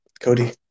Cody